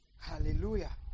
Hallelujah